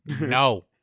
no